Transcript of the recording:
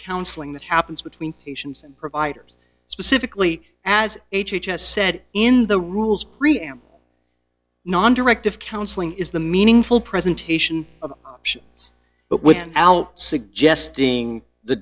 counseling that happens between patients and providers specifically as h h s said in the rules preamble non directive counseling is the meaningful presentation of options but when al suggesting the